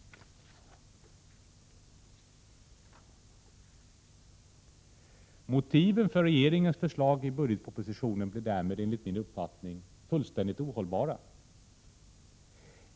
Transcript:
Motiven för regeringens förslag i budgetpropositionen blir därmed fullständigt ohållbara.